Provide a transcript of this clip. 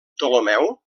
ptolemeu